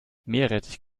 meerrettich